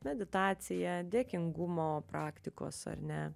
meditacija dėkingumo praktikos ar ne